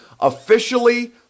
officially